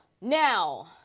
Now